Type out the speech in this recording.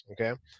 okay